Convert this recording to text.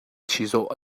chizawh